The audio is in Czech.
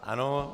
Ano.